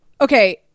Okay